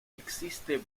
existe